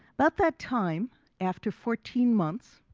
about that time after fourteen months,